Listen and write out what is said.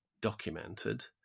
documented